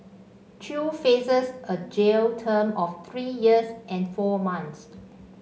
chew faces a jail term of three years and four months